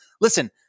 Listen